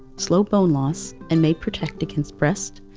slow bone loss, and may protect against breast,